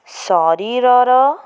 ଶରୀରର